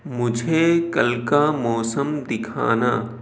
مجھے کل کا موسم دکھانا